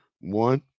One